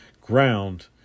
ground